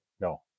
no